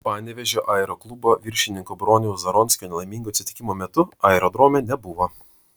panevėžio aeroklubo viršininko broniaus zaronskio nelaimingo atsitikimo metu aerodrome nebuvo